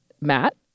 Matt